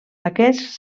aquests